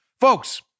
Folks